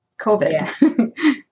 COVID